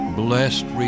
blessed